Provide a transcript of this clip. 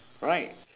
right